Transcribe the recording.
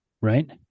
Right